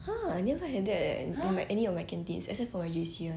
!huh! I never had that ah at any of my canteens except for my J_C [one]